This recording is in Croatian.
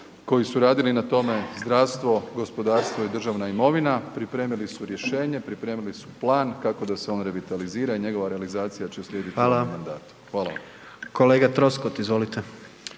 koji su radili na tome, zdravstvo, gospodarstvo i državna imovina, pripremili su rješenje, pripremili su plan, kako da se on revitalizira i njegova realizacija će slijediti …/Upadica: Hvala./… u ovom mandatu.